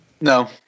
No